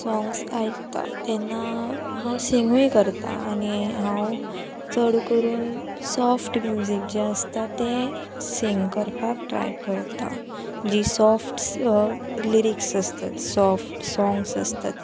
songs आयकतां तेन्ना हांव सिंगूय करतां आनी हांव चड करून सॉफ्ट म्युजीक जें आसता तें सिंग करपाक ट्राय करतां जी सॉफ्ट लिरिक्स आसतात सॉफ्ट सोंग्स आसतात